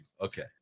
Okay